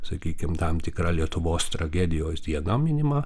sakykim tam tikra lietuvos tragedijos diena minima